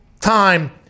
time